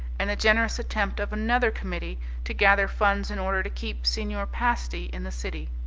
and the generous attempt of another committee to gather funds in order to keep signor pasti in the city.